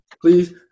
please